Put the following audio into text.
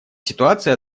ситуация